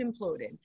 imploded